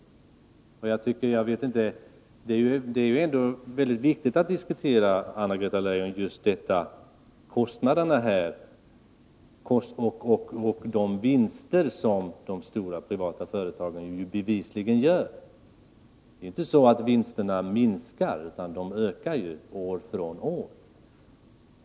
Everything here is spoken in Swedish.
Det är väldigt viktigt, Anna-Greta Leijon, att diskutera kostnaderna och de vinster som de stora privata företagen bevisligen gör. Vinsterna minskar inte utan ökar år från år.